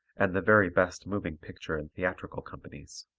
and the very best moving picture and theatrical companies.